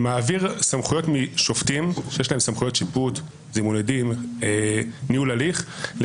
שמגיעות אלינו מעורכי דין על עיכובים או דברים אחרים.